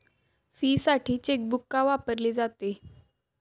फीसाठी चेकबुक का वापरले जाते?